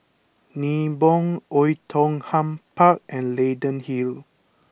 Nibong Oei Tiong Ham Park and Leyden Hill